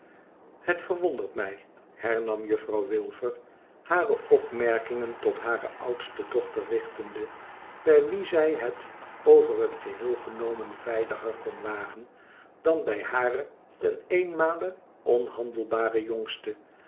het verwondert mij hernam juffrouw wilfer hare opmerkingen tot hare oudste dochter richtende bij wie zij het over het geheel genomen veiliger kon wagen dan bij hare ten eenenmale onhandelbare jongste